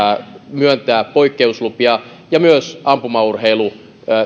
myöntää poikkeuslupia ja myös ampumaurheilu